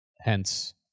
Hence